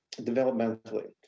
developmentally